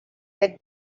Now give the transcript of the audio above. that